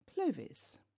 Clovis